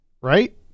right